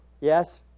Yes